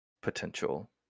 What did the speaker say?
potential